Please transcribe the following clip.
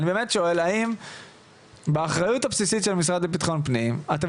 אני באמת שואל האם באחריות הבסיסית של המשרד לביטחון פנים אתם